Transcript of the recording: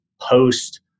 post